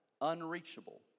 unreachable